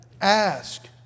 Ask